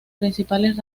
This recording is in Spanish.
principales